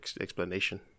explanation